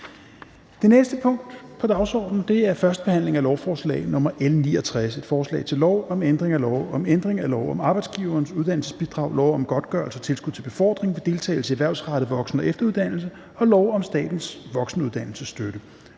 Det næste punkt på dagsordenen er: 24) 1. behandling af lovforslag nr. L 69: Forslag til lov om ændring af lov om ændring af lov om Arbejdsgivernes Uddannelsesbidrag, lov om godtgørelse og tilskud til befordring ved deltagelse i erhvervsrettet voksen- og efteruddannelse og lov om statens voksenuddannelsesstøtte,